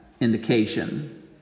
indication